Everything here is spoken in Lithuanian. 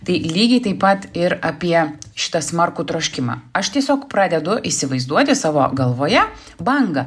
tai lygiai taip pat ir apie šitą smarkų troškimą aš tiesiog pradedu įsivaizduoti savo galvoje bangą